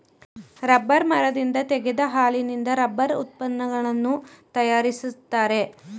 rubber ಮರದಿಂದ ತೆಗೆದ ಹಾಲಿನಿಂದ ರಬ್ಬರ್ ಉತ್ಪನ್ನಗಳನ್ನು ತರಯಾರಿಸ್ತರೆ